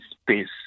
space